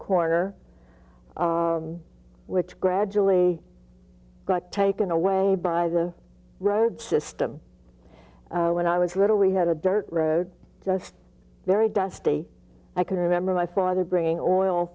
corner which gradually got taken away by the road system when i was reading we had a dirt road just very dusty i can remember my father bringing oil